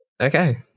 Okay